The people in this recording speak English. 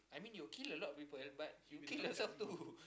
I mean you will kill a lot of people but you will kill yourself too